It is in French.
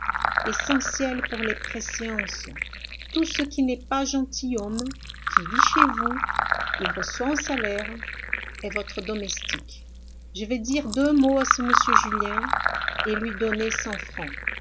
essentiel pour les préséances tout ce qui n'est pas gentilhomme qui vit chez vous et reçoit un salaire est votre domestique je vais dire deux mots à ce monsieur julien et lui donner cent francs